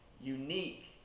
unique